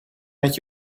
met